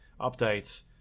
updates